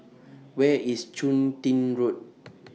Where IS Chun Tin Road